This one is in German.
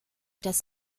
das